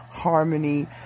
Harmony